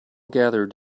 gathered